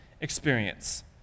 experience